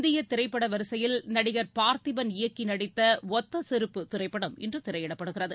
இந்திய திரைப்பட வரிசையில் நடிகர் பார்த்திபன் இயக்கி நடித்த ஒத்த செருப்பு திரைப்படம் இன்று திரையிடப்படுகிறது